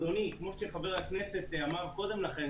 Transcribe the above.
כמו שחבר הכנסת אמר קודם לכן,